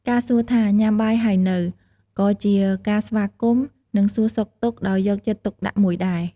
ការសួរថា “ញ៉ាំបាយហើយនៅ?” ក៏ជាការស្វាគមន៍ និងសួរសុខទុក្ខដោយយកចិត្តទុកដាក់មួយដែរ។